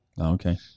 okay